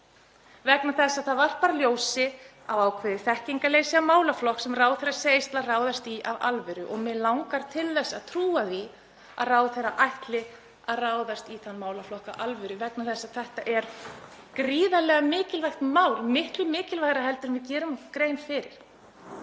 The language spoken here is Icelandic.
vegna þess að það varpar ljósi á ákveðið þekkingarleysi á málaflokki sem ráðherra segist ætla að ráðast í af alvöru. Mig langar til að trúa því að ráðherra ætli að ráðast í átak í þeim málaflokki af alvöru vegna þess að þetta er gríðarlega mikilvægt mál, miklu mikilvægara heldur en við gerum okkur grein fyrir,